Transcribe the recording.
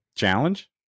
challenge